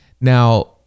Now